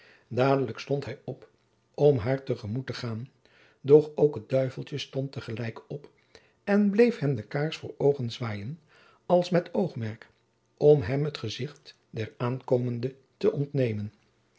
dadelijk stond hij op om haar te gemoet te gaan doch ook het duiveltje stond te gelijk op en bleef hem de kaars jacob van lennep de pleegzoon voor oogen zwaaien als met oogmerk om hem het gezicht der aankomende te ontnemen